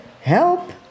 help